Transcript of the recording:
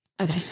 Okay